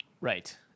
Right